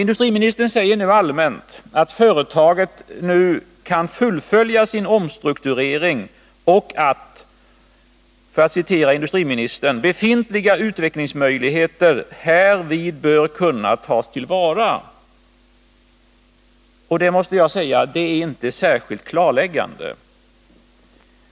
Industriministern säger allmänt att företaget nu kan fullfölja sin omstrukturering och att ”befintliga utvecklingsmöjligheter bör härvid kunna tas till vara”. Detta är inte särskilt klarläggande.